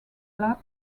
lap